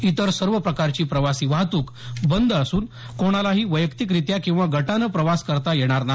इतर सर्व प्रकारची प्रवासी वाहतूक बंद असून कोणालाही वैयक्तिक रीत्या किंवा गटाने प्रवास करता येणार नाही